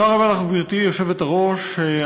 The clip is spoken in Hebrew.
גברתי היושבת-ראש,